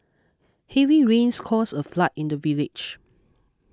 heavy rains caused a flood in the village